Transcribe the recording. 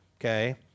Okay